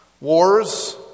Wars